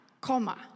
comma